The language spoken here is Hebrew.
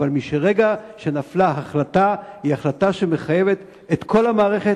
אבל משנפלה החלטה היא החלטה שמחייבת את כל המערכת,